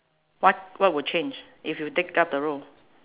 what what would change if you take up the role